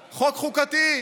חוק, חוק חוקתי,